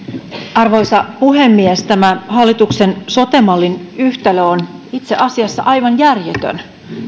arvoisa puhemies tämä hallituksen sote mallin yhtälö on itse asiassa aivan järjetön